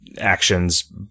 actions